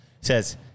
says